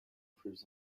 proves